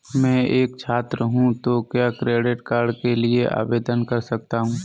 मैं एक छात्र हूँ तो क्या क्रेडिट कार्ड के लिए आवेदन कर सकता हूँ?